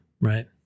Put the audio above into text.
right